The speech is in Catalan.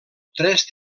tres